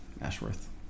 Ashworth